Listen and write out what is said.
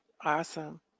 Awesome